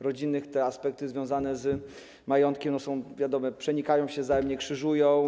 rodzinnych te aspekty związane z majątkiem, wiadomo, przenikają się wzajemnie, krzyżują.